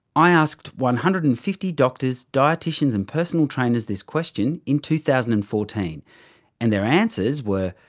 i asked one hundred and fifty doctors, dietitians and personal trainers this question in two thousand and fourteen and their answers were,